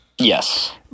Yes